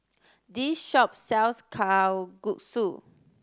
this shop sells Kalguksu